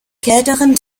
kälteren